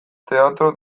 teatro